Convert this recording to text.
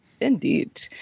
Indeed